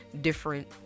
different